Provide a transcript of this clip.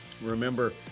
Remember